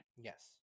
Yes